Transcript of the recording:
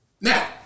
now